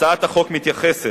הצעת החוק מתייחסת